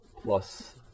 plus